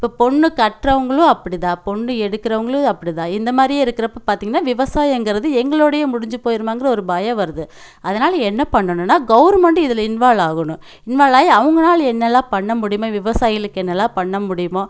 இப்போ பொண்ணு கட்டுறவங்களும் அப்படி தான் பொண்ணு எடுக்கிறவங்களும் அப்படி தான் இந்த மாதிரியே இருக்கிறப்ப பார்த்தீங்கன்னா விவசாயங்கிறது எங்களுடையே முடிஞ்சு போயிடுமாங்கற ஒரு பயம் வருது அதனால் என்ன பண்ணணும்ன்னா கவர்மெண்ட்டும் இதில் இன்வால்வ் ஆகணும் இன்வால்வ் ஆகி அவங்களால என்னெல்லாம் பண்ண முடியுமோ விவசாயிகளுக்கு என்னெல்லாம் பண்ண முடியுமோ